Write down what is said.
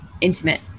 intimate